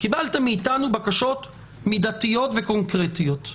קיבלתם מאתנו בקשות מידתיות וקונקרטיות.